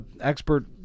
expert